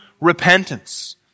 repentance